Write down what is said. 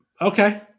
Okay